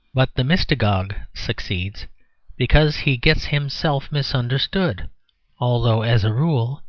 but the mystagogue succeeds because he gets himself misunderstood although, as a rule,